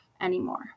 anymore